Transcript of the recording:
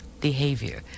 behavior